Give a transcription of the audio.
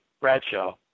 Bradshaw